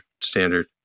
standard